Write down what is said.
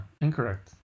incorrect